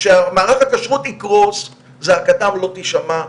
כשמערך הכשרות יקרוס זעקתם לא תישמע,